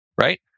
Right